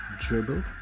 dribble